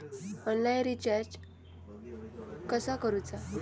Online recharge कसा करूचा?